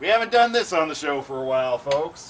haven't done this on the show for a while folks